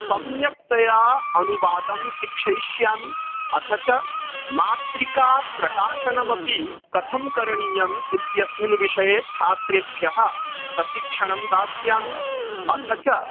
सम्यक्तया अनुवादं शिक्षयिष्यामि अथ च मातृकाप्रकाशनम् अपि कथं करणीयम् इत्यस्मिन् विषये छात्रेभ्यः प्रशिक्षणं दास्यामि अथ च